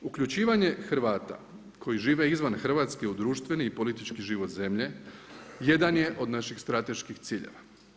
Uključivanje Hrvata koji žive izvan Hrvatske u društveni i politički život zemlje jedan je od naših strateških ciljeva.